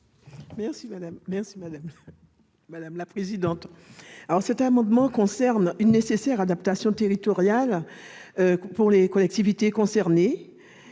Mme Victoire Jasmin. Cet amendement concerne une nécessaire adaptation territoriale pour les collectivités concernées.